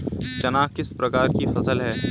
चना किस प्रकार की फसल है?